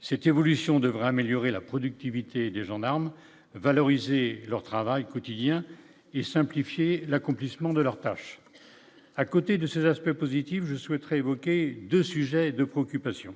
c'est évolution devrait améliorer la productivité des gendarmes valoriser leur travail quotidien et simplifier l'accomplissement de leur tâche, à côté de ses aspects positifs, je souhaiterais évoquer 2 sujets de préoccupation.